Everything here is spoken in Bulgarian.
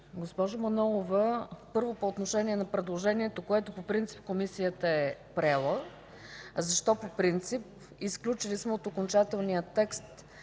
Госпожо Манолова, първо – по отношение на предложението, което по принцип Комисията е приела. Защо „по принцип”? Изключили сме от окончателния текст